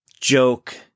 joke